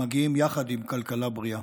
המגיעים יחד עם כלכלה בריאה.